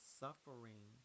suffering